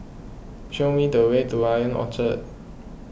show me the way to I O N Orchard